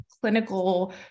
clinical